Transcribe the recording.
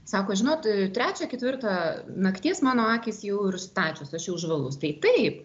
sako žinot trečią ketvirtą nakties mano akys jau ir stačios aš jau žvalus tai taip